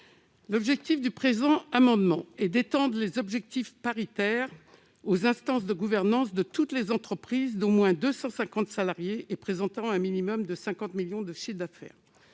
L'objet du présent amendement est d'étendre les objectifs paritaires aux instances de gouvernance de toutes les entreprises d'au moins 250 salariés et présentant un minimum de 50 millions de chiffre d'affaires.